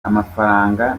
amafaranga